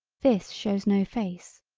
this shows no face.